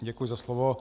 Děkuji za slovo.